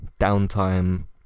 downtime